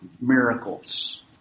miracles